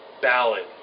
ballad